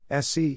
SC